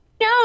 No